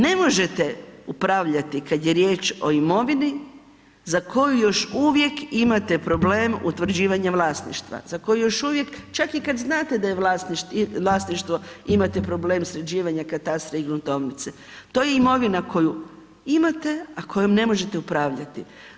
Ne možete upravljati kada je riječ o imovinu za koju još uvijek imate problem utvrđivanje vlasništva, za koju još uvijek čak i kada znate da je vlasništvo imate problem sređivanja katastra i gruntovnice, to je imovina koju imate, a kojom ne možete upravljati.